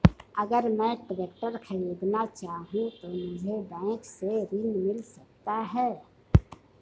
अगर मैं ट्रैक्टर खरीदना चाहूं तो मुझे बैंक से ऋण मिल सकता है?